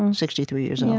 and sixty three years and